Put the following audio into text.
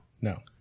No